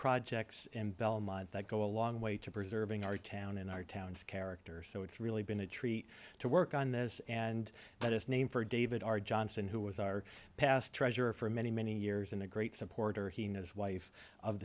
projects in belmont that go a long way to preserving our town and our towns character so it's really been a treat to work on this and that is named for david r johnson who was our past treasurer for many many years and a great supporter he and his wife of